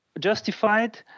justified